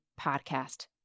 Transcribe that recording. podcast